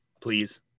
please